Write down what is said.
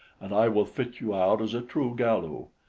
and i will fit you out as a true galu.